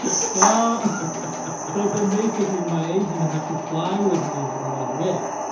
ah so then basically my agent had to fly with me to madrid,